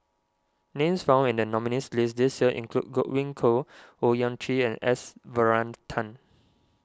names found in the nominees' list this year include Godwin Koay Owyang Chi and S Varathan